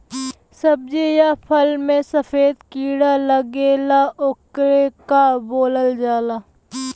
सब्ज़ी या फुल में सफेद कीड़ा लगेला ओके का बोलल जाला?